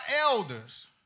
elders